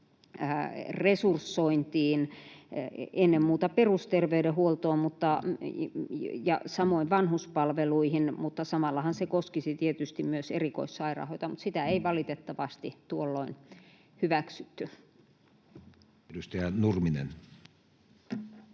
resursointiin, ennen muuta perusterveydenhuoltoon ja samoin vanhuspalveluihin, mutta samallahan se koskisi tietysti myös erikoissairaanhoitoa. Mutta sitä ei valitettavasti tuolloin hyväksytty. [Speech